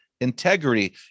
integrity